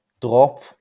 drop